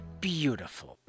beautiful